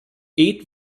eight